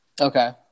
Okay